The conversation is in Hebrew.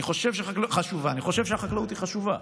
אני חושב שהחקלאות היא חשובה,